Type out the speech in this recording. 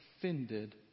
offended